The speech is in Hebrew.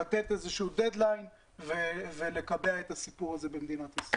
לתת איזשהו דד-ליין ולקבע את הסיפור הזה במדינת ישראל.